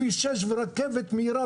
כנסת וגם של ראשי רשויות מקומיות מן הצפון.